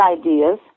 ideas